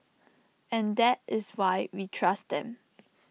and that is why we trust them